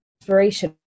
inspiration